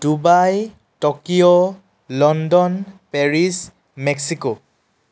Dubai Tokyo London Paris Mexico